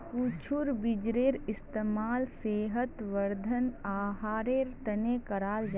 कद्दुर बीजेर इस्तेमाल सेहत वर्धक आहारेर तने कराल जाहा